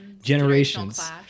Generations